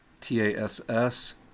TASS